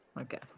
Okay